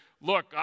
Look